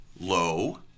low